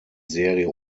serie